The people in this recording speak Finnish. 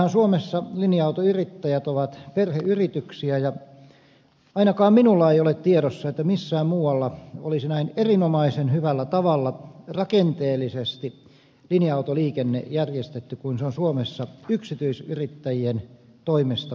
meillähän suomessa linja autoyrittäjät ovat perheyrityksiä ja ainakaan minulla ei ole tiedossa että missään muualla olisi näin erinomaisen hyvällä tavalla linja autoliikenne rakenteellisesti järjestetty kuin se on suomessa pääosin yksityisyrittäjien toimesta